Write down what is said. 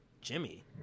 Jimmy